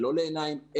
ולא לעיניים,